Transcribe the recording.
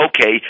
okay